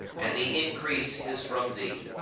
and the increase is from thee.